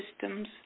systems